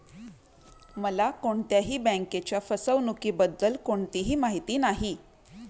मला कोणत्याही बँकेच्या फसवणुकीबद्दल कोणतीही माहिती नाही